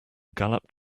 galloped